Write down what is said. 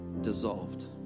dissolved